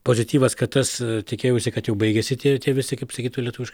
pozityvas kad tas tikėjausi kad jau baigėsi tie tie visi kaip sakytų lietuviškai